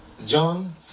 John